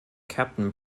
captain